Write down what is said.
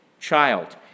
child